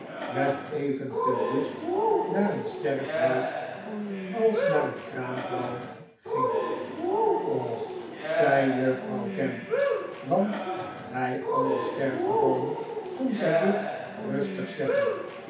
met evenveel lust naar een sterfhuis als naar een kraamvrouw ging och zei juffrouw gamp want bij alle sterfgevallen kon zij dit rustig zeggen